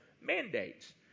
mandates